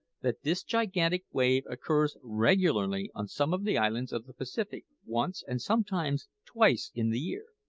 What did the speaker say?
that this gigantic wave occurs regularly on some of the islands of the pacific once, and sometimes twice, in the year.